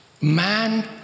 man